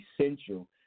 essential